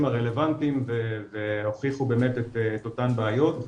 הרלוונטיים והוכיחו באמת את אותם בעיות,